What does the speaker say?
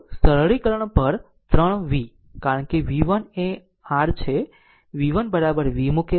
તો સરળીકરણ પર 3 v કારણ કે v 1 એ r છે v1 v મૂકે છે